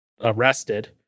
arrested